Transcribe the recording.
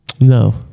No